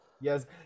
Yes